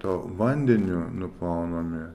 tuo vandeniu nuplaunami